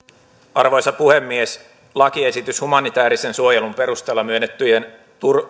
arvoisa puhemies lakiesitys humanitäärisen suojelun perusteella myönnettyjen